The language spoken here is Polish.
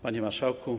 Panie Marszałku!